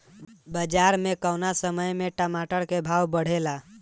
बाजार मे कौना समय मे टमाटर के भाव बढ़ेले?